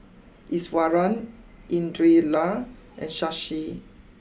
Iswaran Indira La and Shashi